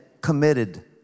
committed